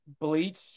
Bleach